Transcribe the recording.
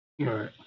Right